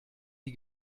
die